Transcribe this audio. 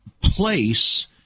place